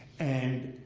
and